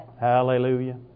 Hallelujah